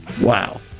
Wow